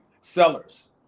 Sellers